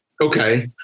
okay